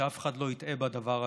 שאף אחד לא יטעה בדבר הזה.